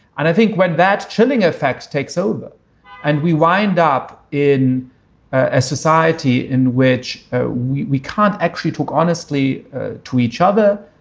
and i think when that chilling effect takes over and we wind up in a society in which ah we we can't actually talk honestly to each other.